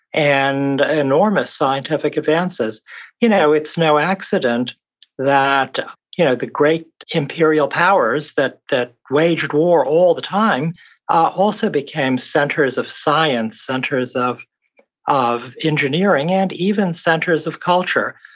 and enormous scientific advances you know it's no accident that you know the great imperial powers that that waged war all the time also became centers of science, centers of of engineering, and even centers of culture.